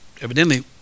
evidently